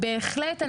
בהחלט,